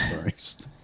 Christ